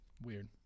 Weird